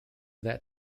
that